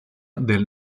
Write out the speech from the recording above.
del